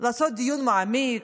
לעשות דיון מעמיק,